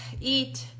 eat